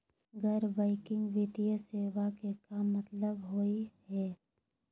गैर बैंकिंग वित्तीय सेवाएं के का मतलब होई हे?